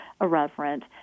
irreverent